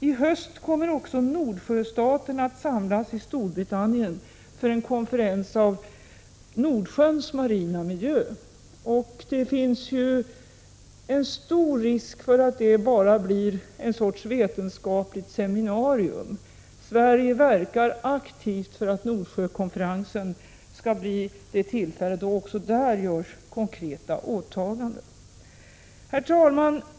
I höst kommer också Nordsjöstaterna att samlas i Storbritannien för en konferens om Nordsjöns marina miljö. Det finns en stor risk för att det bara blir en sorts vetenskapligt seminarium. Sverige verkar aktivt för att Nordsjökonferensen skall bli det tillfälle då också där görs konkreta åtaganden. Herr talman!